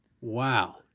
wow